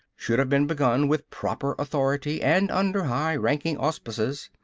should have been begun with proper authority and under high-ranking auspices.